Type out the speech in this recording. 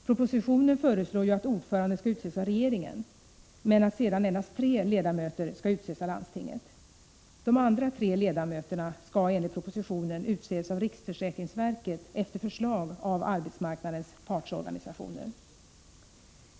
Propositionen föreslår ju att ordföranden skall utses av regeringen och att sedan endast tre ledamöter skall utses av landstinget. De övriga tre ledamöterna skall enligt propositionen utses av riksförsäkringsverket efter förslag av arbetsmarknadens partsorganisationer.